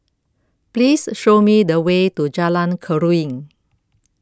Please Show Me The Way to Jalan Keruing